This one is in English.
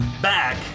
back